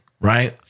right